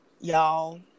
y'all